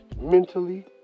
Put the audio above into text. mentally